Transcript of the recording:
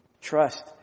trust